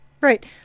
Right